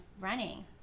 running